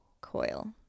Coil